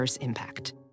impact